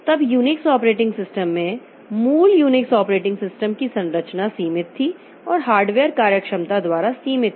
तब Unix operating system में मूल यूनिक्स ऑपरेटिंग सिस्टम की संरचना सीमित थी और हार्डवेयर कार्यक्षमता द्वारा सीमित थी